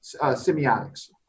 semiotics